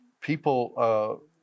people